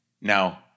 Now